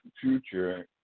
future